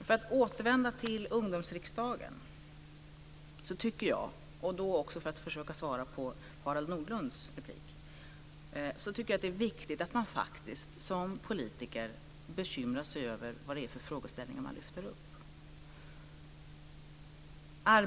För att återvända till Ungdomsriksdagen kan jag säga - också som ett försök att svara på Harald Nordlunds inlägg - att jag tycker att det är viktigt att man som politiker faktiskt bekymrar sig över vad det är för frågeställningar som lyfts upp.